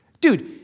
Dude